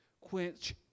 Quench